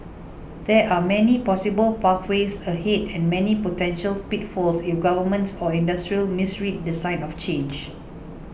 there are many possible pathways ahead and many potential pitfalls if governments or industry misread the signs of change